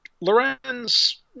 Lorenz